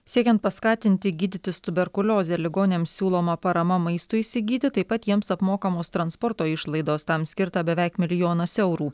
siekiant paskatinti gydytis tuberkuliozę ligoniams siūloma parama maistui įsigyti taip pat jiems apmokamos transporto išlaidos tam skirta beveik milijonas eurų